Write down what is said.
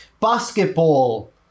basketball